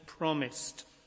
promised